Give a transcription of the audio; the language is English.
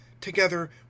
together